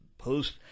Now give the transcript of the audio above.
post